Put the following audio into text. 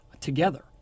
together